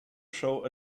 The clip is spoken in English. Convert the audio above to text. show